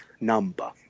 number